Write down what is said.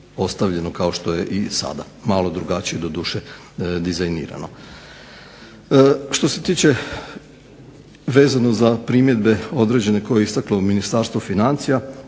ostavljeno kao što je i sada, malo drugačije doduše dizajnirano. Što se tiče vezano za primjedbe određene koje je istaklo Ministarstvo financija,